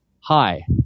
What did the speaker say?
hi